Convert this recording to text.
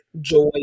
joy